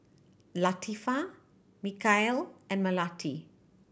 Latifa Mikhail and Melati